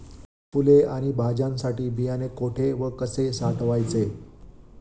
फुले आणि भाज्यांसाठी बियाणे कुठे व कसे साठवायचे?